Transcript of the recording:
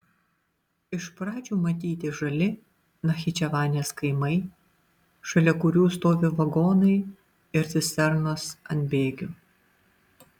iš pradžių matyti žali nachičevanės kaimai šalia kurių stovi vagonai ir cisternos ant bėgių